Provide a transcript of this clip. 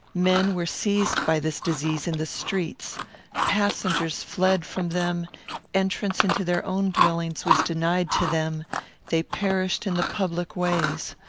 men were seized by this disease in the streets passengers fled from them entrance into their own dwellings was denied to them they perished in the public ways.